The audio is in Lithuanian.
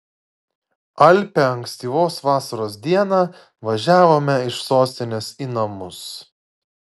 alpią ankstyvos vasaros dieną važiavome iš sostinės į namus